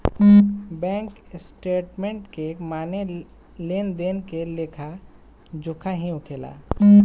bank statement के माने लेन देन के लेखा जोखा होखेला